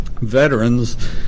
veterans